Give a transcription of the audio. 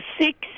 six